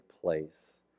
place